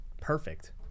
perfect